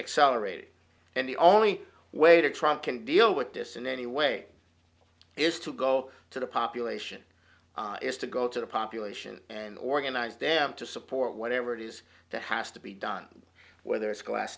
accelerated and the only way to try and can deal with this in any way is to go to the population is to go to the population and organize them to support whatever it is the has to be done whether it's glass